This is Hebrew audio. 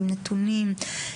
עם נתונים,